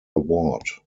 award